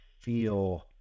feel